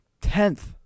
tenth